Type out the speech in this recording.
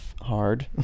hard